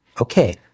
Okay